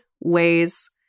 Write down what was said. ways